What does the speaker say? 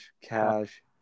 Cash